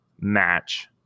match